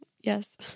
Yes